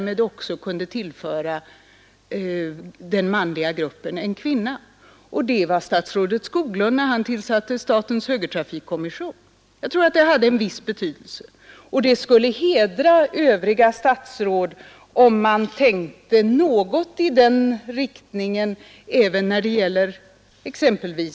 Men jag kan av egen erfarenhet omvittna att det har skett i flera fall.